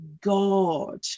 God